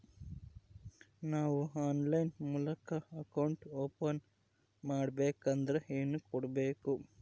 ನಾವು ಆನ್ಲೈನ್ ಮೂಲಕ account open ಮಾಡಬೇಂಕದ್ರ ಏನು ಕೊಡಬೇಕು?